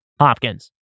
Hopkins